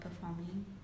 performing